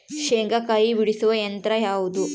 ಶೇಂಗಾಕಾಯಿ ಬಿಡಿಸುವ ಯಂತ್ರ ಯಾವುದು?